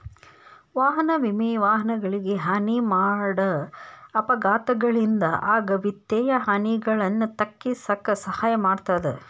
ವಾಹನ ವಿಮೆ ವಾಹನಗಳಿಗೆ ಹಾನಿ ಮಾಡ ಅಪಘಾತಗಳಿಂದ ಆಗ ವಿತ್ತೇಯ ಹಾನಿಗಳನ್ನ ತಗ್ಗಿಸಕ ಸಹಾಯ ಮಾಡ್ತದ